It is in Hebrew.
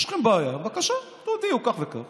יש לכם בעיה, בבקשה, תודיעו כך וכך